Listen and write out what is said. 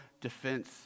defense